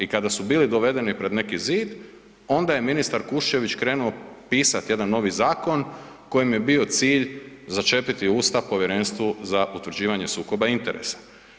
I kada su bili dovedeni pred neki zid, onda je ministar Kuščević krenuo pisati jedan novi zakon kojem je bio cilj začepiti usta Povjerenstvu za utvrđivanje sukoba interesa.